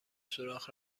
سوراخ